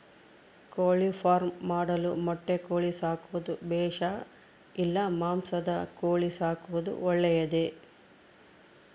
ಕೋಳಿಫಾರ್ಮ್ ಮಾಡಲು ಮೊಟ್ಟೆ ಕೋಳಿ ಸಾಕೋದು ಬೇಷಾ ಇಲ್ಲ ಮಾಂಸದ ಕೋಳಿ ಸಾಕೋದು ಒಳ್ಳೆಯದೇ?